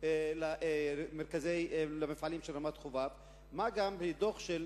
למפעלים של רמת-חובב.